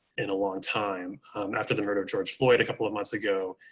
in a long time after the murder of george floyd a couple of months ago,